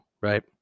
right